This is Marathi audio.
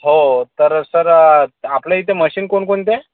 हो तर सर आपल्या इथे मशीन कोणकोणतं आहे